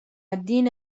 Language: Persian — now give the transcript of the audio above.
دین